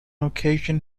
occasion